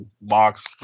Box